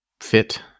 fit